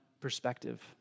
perspective